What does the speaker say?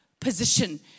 position